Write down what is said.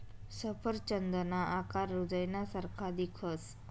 सफरचंदना आकार हृदयना सारखा दिखस